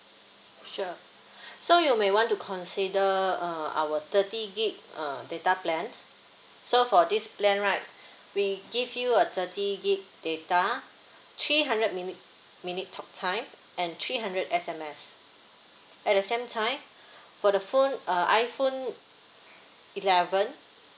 sure so you may want to consider uh our thirty gig uh data plan so for this plan right we give you a thirty gig data three hundred minute minute talk time and three hundred S_M_S at the same time for the phone uh iphone eleven